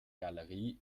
galerie